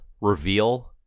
reveal